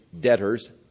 debtors